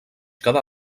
cada